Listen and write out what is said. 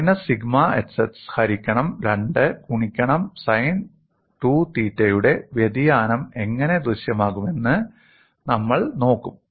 minus sigma xx ഹരിക്കണം 2 ഗുണിക്കണം sine 2 theta യുടെ വ്യതിയാനം എങ്ങനെ ദൃശ്യമാകുമെന്ന് നമ്മൾ നോക്കും